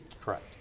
Correct